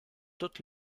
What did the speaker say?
doute